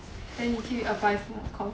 then 你去 apply for 什么 course